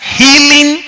healing